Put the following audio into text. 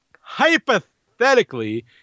Hypothetically